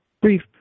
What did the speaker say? brief